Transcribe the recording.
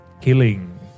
Killing